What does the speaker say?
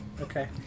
Okay